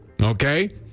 Okay